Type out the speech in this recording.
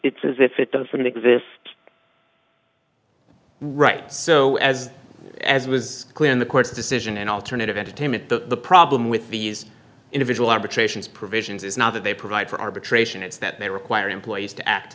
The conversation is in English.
it's as if it doesn't exist right so as as was clear in the court's decision in alternative entertainment the problem with these individual arbitrations provisions is now that they provide for arbitration it's that they require employees to act